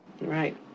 Right